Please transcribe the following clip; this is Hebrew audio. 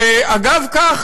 אגב כך,